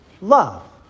love